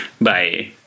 Bye